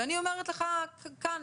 ואני אומרת לך כאן,